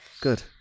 Good